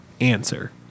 answer